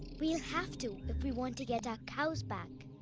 we'll have to if we want to get our cows back.